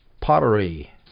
pottery